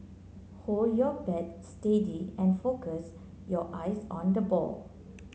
hold your bat steady and focus your eyes on the ball